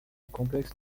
complexe